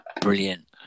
Brilliant